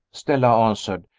stella answered,